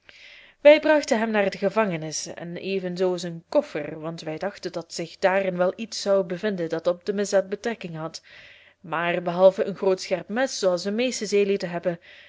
wij brachten hem naar de gevangenis en evenzoo zijn koffer want wij dachten dat zich daarin wel iets zou bevinden dat op de misdaad betrekking had maar behalve een groot scherp mes zooals de meeste zeelieden hebben